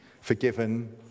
forgiven